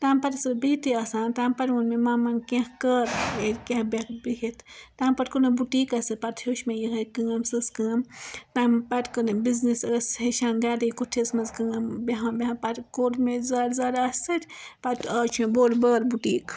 تَمہِ پَتہٕ ٲسس بیٚہتھے آسان تَمہ پَتہٕ وون مےٚ مَمن کیٚنٛہہ کر کیاہ بیٚہکھ بِہتھ تَمہ پَتہ کوٚر مےٚ بُٹیکس سۭتۍ پَتہٕ ہیٚوچھ مےٚ یِہے کٲم سٕژٕ کٲم تَمہ پَتہٕ کٕنٕنۍ بِزنٮ۪س ٲسۍ ہیچھان گرے کُٹھِس منٛز کٲم بیٚہان بیٚہان پَتہٕ کوٚر مےٚ زیادٕ زیادٕ اتھ سۭتۍ پَتہٕ آز چھُ مےٚ بوٚڑ بارٕ بُٹیک